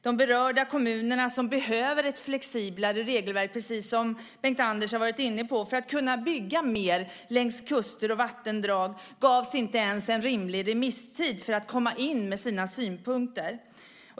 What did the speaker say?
De berörda kommunerna behöver ett flexiblare regelverk, precis som Bengt-Anders har varit inne på, för att kunna bygga mer längs kuster och vattendrag. De gavs inte ens en rimlig remisstid för att komma in med sina synpunkter.